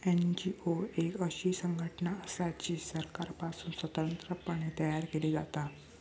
NGO एक अशी संघटना असा जी सरकारपासुन स्वतंत्र पणे तयार केली जाता